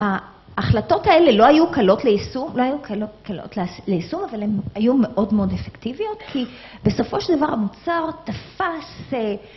ההחלטות האלה לא היו קלות ליישום, אבל הן היו מאוד מאוד אפקטיביות כי בסופו של דבר המוצר תפס